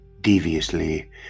deviously